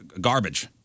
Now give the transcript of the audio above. garbage